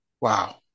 Wow